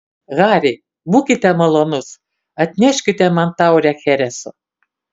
hari būkite malonus atnešti man taurę chereso